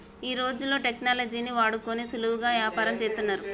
ఈ రోజుల్లో టెక్నాలజీని వాడుకొని సులువుగా యాపారంను చేత్తన్నారు